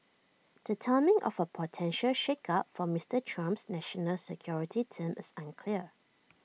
the timing of A potential shakeup for Mister Trump's national security team is unclear